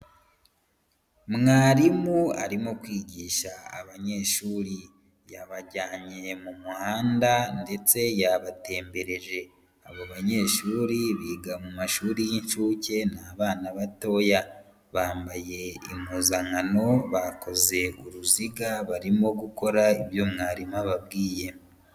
Mwarimu arimo kwigisha abanyeshuri. Yabajyanye mu muhanda ndetse yabatembereje. Abo banyeshuri biga mu mashuri y'incuke, ni abana batoya. Bambaye impuzankano, bakoze uruziga, barimo gukora ibyo mwarimu ababwiye.